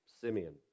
Simeon